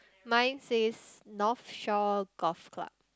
mine says North Shore Golf Club